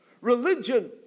Religion